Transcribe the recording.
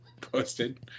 posted